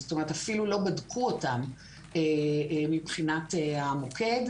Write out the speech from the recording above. זאת אומרת, אפילו לא בדקו אותן מבחינת המוקד.